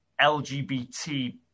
LGBT